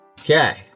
Okay